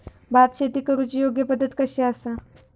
भात शेती करुची योग्य पद्धत कशी आसा?